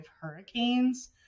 hurricanes